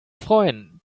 freuen